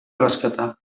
rescatar